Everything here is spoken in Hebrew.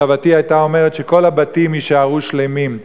סבתי היתה אומרת: שכל הבתים יישארו שלמים.